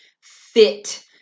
fit